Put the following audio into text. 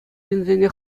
ҫынсене